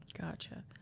Gotcha